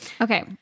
Okay